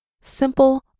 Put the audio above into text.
simple